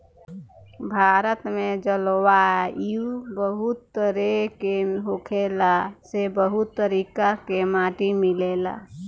भारत में जलवायु बहुत तरेह के होखला से बहुत तरीका के माटी मिलेला